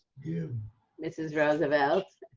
mrs. roosevelt,